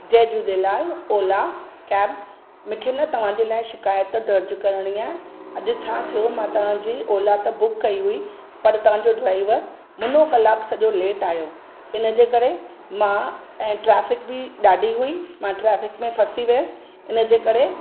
जय Jhulelal Ola cab मूंखे न तव्हांजे लाइ शिकायत दर्जु करिणी आहे अॼु छा थियो मां तव्हांजी ओला त बुक कई हुई पर तव्हांजो ड्राईवर मुनो कलाकु सॼो लेट आयो इनजे करे मां ऐं ट्राफ़िक बि ॾाढी हुई मां ट्राफीक में फासी वियसि इनजे करे